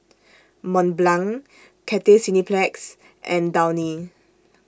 Mont Blanc Cathay Cineplex and Downy